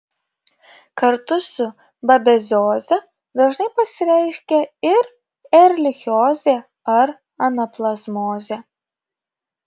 kartu su babezioze dažnai pasireiškia ir erlichiozė ar anaplazmozė